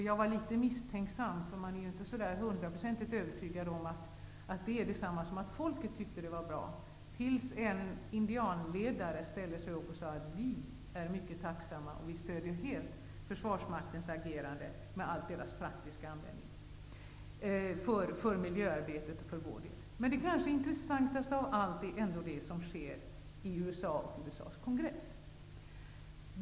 Jag var litet misstänksam -- jag var ju inte hundraprocentigt övertygad om att det var detsamma som att folket tyckte att det var bra -- tills en indianledare reste sig och sade: Vi är mycket tacksamma, och vi stöder helt försvarsmaktens agerande i miljöarbetet med all dess praktiska användning. Det som kanske är mest intressant i USA är dess kongress.